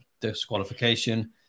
disqualification